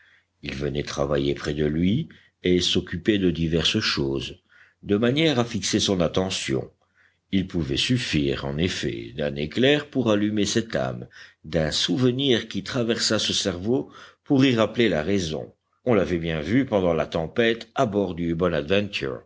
il venait travailler près de lui et s'occupait de diverses choses de manière à fixer son attention il pouvait suffire en effet d'un éclair pour rallumer cette âme d'un souvenir qui traversât ce cerveau pour y rappeler la raison on l'avait bien vu pendant la tempête à bord du